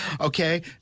Okay